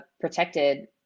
protected